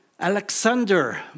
Alexander